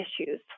issues